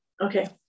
Okay